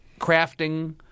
crafting